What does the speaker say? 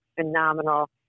phenomenal